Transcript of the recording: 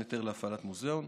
היתר להפעלת מוזיאון.